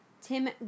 Tim